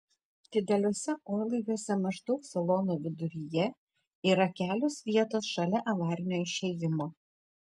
dideliuose orlaiviuose maždaug salono viduryje yra kelios vietos šalia avarinio išėjimo